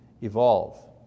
evolve